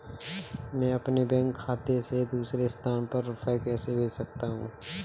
मैं अपने बैंक खाते से दूसरे स्थान पर रुपए कैसे भेज सकता हूँ?